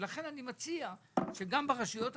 לכן אני מציע שגם ברשויות המקומיות,